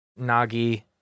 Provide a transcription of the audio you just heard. nagi